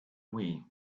wii